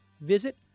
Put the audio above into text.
visit